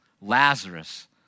Lazarus